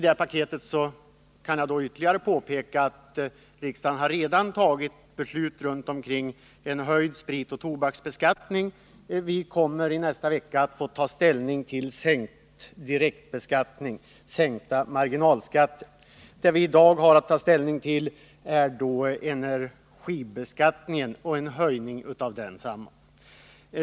Jag kan ytterligare påpeka att riksdagen i det här paketet redan har tagit beslut om höjd spritoch tobaksbeskattning, och vi kommer under nästa vecka att få ta ställning till sänkt direktbeskattning, sänkta marginalskatter. Det vi i dag har att ta ställning till är en höjning av energiskatten.